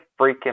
freaking